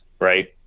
right